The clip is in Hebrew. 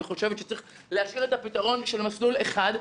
אני חושבת שצריך להשאיר את הפתרון של מסלול אחד,